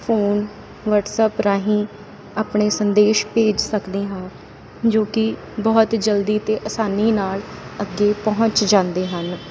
phone WhatsApp ਰਾਹੀਂ ਆਪਣੇ ਸੰਦੇਸ਼ ਭੇਜ ਸਕਦੇ ਹਾਂ ਜੋ ਕਿ ਬਹੁਤ ਜਲਦੀ ਅਤੇ ਆਸਾਨੀ ਨਾਲ ਅੱਗੇ ਪਹੁੰਚ ਜਾਂਦੇ ਹਨ